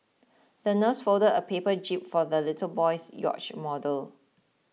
the nurse folded a paper jib for the little boy's yacht model